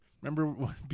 Remember